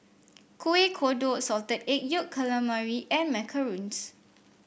Kueh Kodok Salted Egg Yolk Calamari and macarons